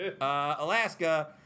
Alaska